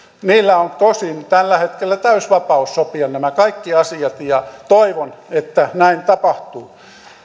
meillä on tosin tällä hetkellä täysi vapaus sopia nämä kaikki asiat ja toivon että näin tapahtuu